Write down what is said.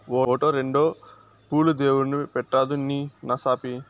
ఓటో, రోండో రెండు పూలు దేవుడిని పెట్రాదూ నీ నసాపి